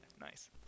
Nice